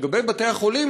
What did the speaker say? לגבי בתי-החולים,